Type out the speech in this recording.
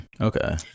Okay